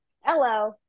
Hello